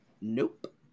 Nope